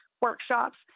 workshops